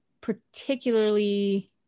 particularly